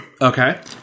Okay